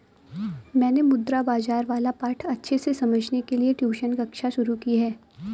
मैंने मुद्रा बाजार वाला पाठ अच्छे से समझने के लिए ट्यूशन कक्षा शुरू की है